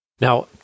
Now